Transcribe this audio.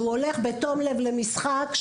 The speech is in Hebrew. הוא הולך בתום לב למשחק,